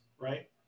right